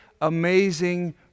amazing